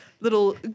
little